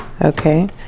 Okay